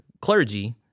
clergy